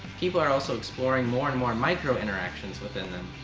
people are also exploring more and more microinteractions within them,